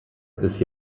ist